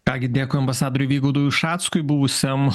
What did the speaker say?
ką gi dėkui ambasadoriui vygaudui ušackui buvusiam